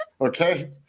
okay